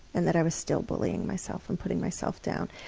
and that i was still bullying myself and putting myself down.